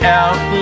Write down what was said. out